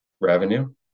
revenue